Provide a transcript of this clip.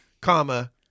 comma